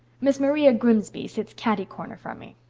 miss maria grimsby sits cati-corner from me.